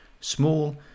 small